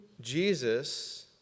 Jesus